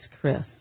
Chris